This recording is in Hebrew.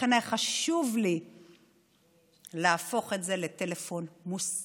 לכן היה חשוב לי להפוך את זה לטלפון מוסתר.